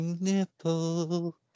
nipple